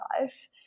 life